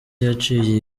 yaciye